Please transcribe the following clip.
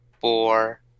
four